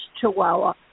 chihuahua